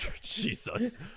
Jesus